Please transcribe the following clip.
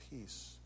peace